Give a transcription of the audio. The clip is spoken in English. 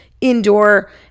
indoor